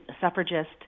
suffragist